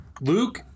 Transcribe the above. Luke